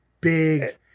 big